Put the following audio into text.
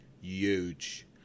huge